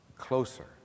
closer